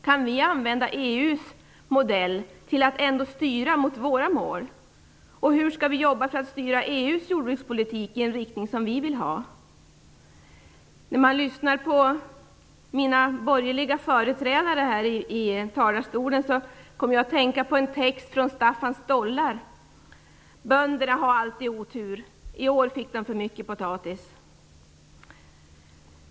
Kan vi använda EU:s modell till att ändå styra mot våra mål? Och hur skall vi jobba för att styra EU:s jordbrukspolitik i en riktning som vi vill ha? När man lyssnade på de borgerliga talarna tidigare i debatten kom jag att tänka på en text i Staffans Stollar: "Bönderna har alltid otur - i år fick de för mycket potatis."